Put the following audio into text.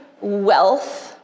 wealth